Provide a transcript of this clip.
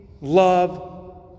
love